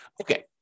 Okay